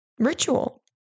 Ritual